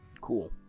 Cool